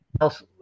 Else